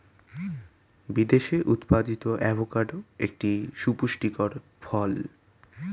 বিদেশে উৎপাদিত অ্যাভোকাডো একটি সুপুষ্টিকর ফল